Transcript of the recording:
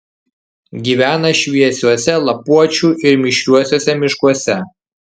gyvena šviesiuose lapuočių ir mišriuosiuose miškuose